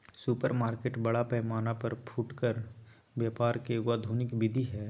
supermarket बड़ा पैमाना पर फुटकर व्यापार के एगो आधुनिक विधि हइ